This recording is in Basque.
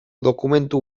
dokumentu